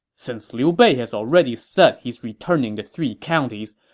since liu bei has already said he's returning the three counties,